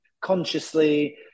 consciously